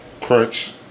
crunch